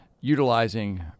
utilizing